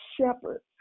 shepherd